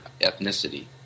ethnicity